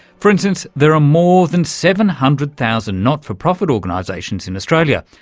for instance, there are more than seven hundred thousand not-for-profit organisations in australia,